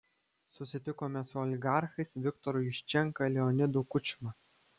susitikome su oligarchais viktoru juščenka leonidu kučma